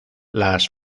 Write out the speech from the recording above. las